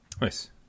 Nice